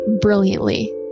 brilliantly